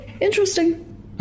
Interesting